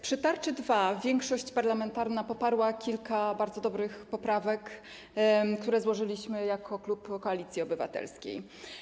Przy tarczy 2 większość parlamentarna poparła kilka bardzo dobrych poprawek, które złożyliśmy jako klub Koalicji Obywatelskiej.